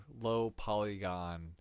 low-polygon